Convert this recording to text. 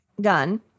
gun